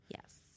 Yes